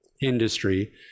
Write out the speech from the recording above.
industry